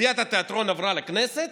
תעשיית התיאטרון עברה לכנסת,